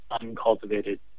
uncultivated